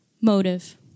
motive